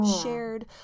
shared